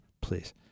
please